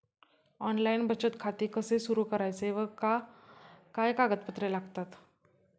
Online बचत खाते कसे सुरू करायचे व काय कागदपत्रे लागतात?